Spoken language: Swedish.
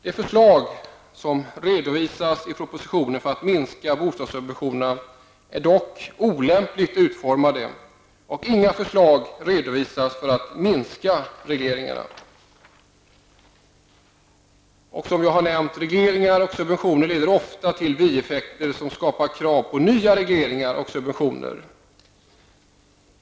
De förslag som redovisas i propositionen för att minska bostadssubventionerna är dock olämpligt utformade, och inga förslag redovisas för att minska regleringarna. Som jag har nämnt leder ofta regleringar och subventioner till bieffekter som skapar krav på nya regleringar och subventioner.